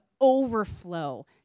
overflow